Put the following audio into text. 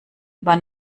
war